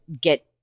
get